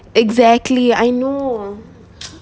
exactly I know